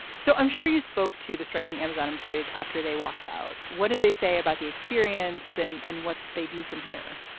so i'm sure you spoke to the striking amazon employees after after they walked out. what did they say about the experience and and what they do from here.